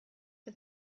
for